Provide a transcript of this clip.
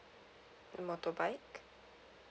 a motorbike